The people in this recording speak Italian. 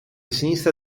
sinistra